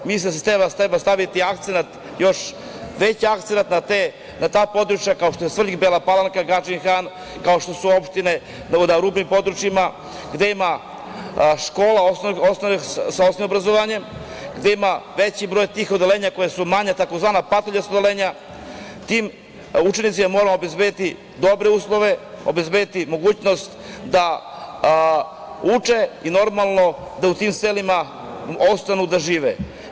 Mislim da se treba staviti akcenat na ta područja, kao što je Svrljig, Gadžin Han, kao što su opštine na rubnim područjima, gde ima škola, sa osnovnim obrazovanjem, gde ima veći broj tih odeljenja, koja su manja, tzv. patuljasta odeljenja, tim učenicima moramo obezbediti dobre uslove, obezbediti mogućnost da uče i normalno da u tim selima ostanu da žive.